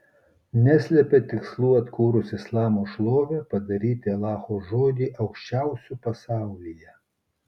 neslepia tikslų atkūrus islamo šlovę padaryti alacho žodį aukščiausiu pasaulyje